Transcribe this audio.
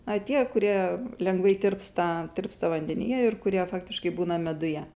a tie kurie lengvai tirpsta tirpsta vandenyje ir kurie faktiškai būna meduje